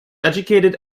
educated